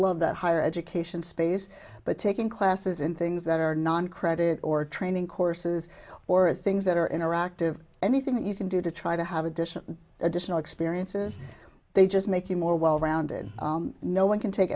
love that higher education space but taking classes in things that are noncredit or training courses or things that are interactive anything that you can do to try to have additional additional experiences they just make you more well rounded no one can take